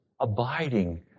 abiding